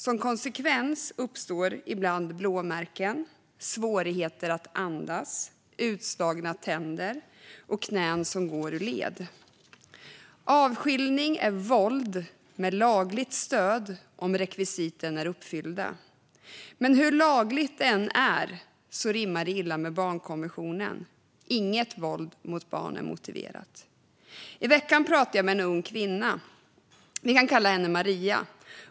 Som konsekvens uppstår ibland blåmärken, svårigheter att andas, utslagna tänder och knän som går ur led. Avskiljning är våld med lagligt stöd om rekvisiten är uppfyllda. Men hur lagligt det än är rimmar det illa med barnkonventionen och att inget våld mot barn är motiverat. I veckan pratade jag med en ung kvinna. Vi kan kalla henne Maria.